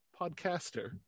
podcaster